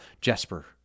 Jesper